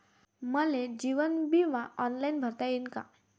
मले जीवन बिमा ऑनलाईन भरता येईन का?